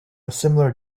similar